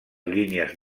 línies